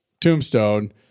tombstone